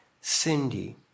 Cindy